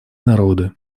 народы